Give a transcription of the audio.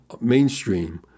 mainstream